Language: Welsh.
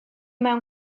mewn